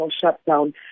shutdown